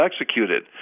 executed